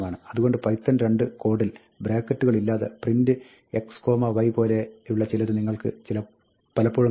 അതുകൊണ്ട് പൈത്തൺ 2 കോഡിൽ ബ്രാക്കറ്റുകളില്ലാതെ print x y പോലെയുള്ള ചിലത് നിങ്ങൾ പലപ്പോഴും കാണും